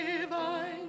divine